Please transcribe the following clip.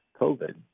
COVID